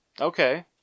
Okay